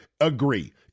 agree